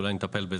אולי נטפל בזה.